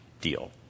deal